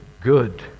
good